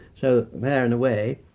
so there, in a way,